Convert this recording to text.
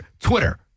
Twitter